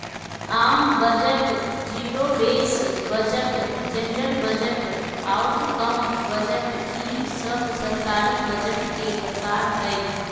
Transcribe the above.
आम budget, zero base budget, gender budget, outcome budget ई सब सरकारी बजट के प्रकार हय